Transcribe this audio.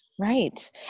Right